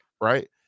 right